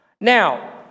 Now